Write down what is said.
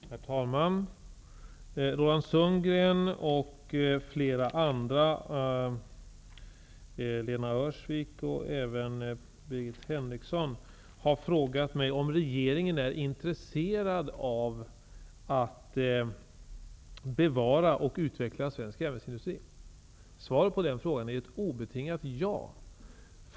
Herr talman! Roland Sundgren, Lena Öhrsvik och Birgit Henriksson har frågat mig om regeringen är intresserad av att bevara och utveckla svensk järnvägsindustri. Svaret på den frågan är ett obetingat ja.